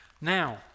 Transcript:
Now